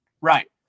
Right